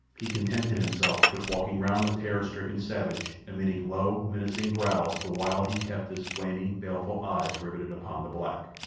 he contented himself with walking round the terror-stricken savage, emitting low, menacing growls the while he kept his flaming, baleful eyes riveted upon the black.